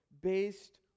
based